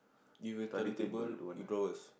you have study table with drawers